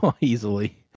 easily